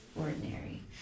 ordinary